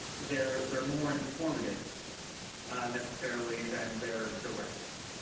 they're they're more informative necessarily than their directive.